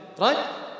right